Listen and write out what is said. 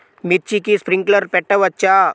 మిర్చికి స్ప్రింక్లర్లు పెట్టవచ్చా?